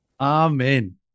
amen